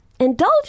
Indulge